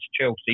Chelsea